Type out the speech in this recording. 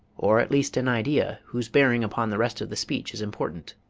or at least an idea whose bearing upon the rest of the speech is important.